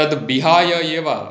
तद् विहाय एव